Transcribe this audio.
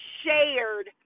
shared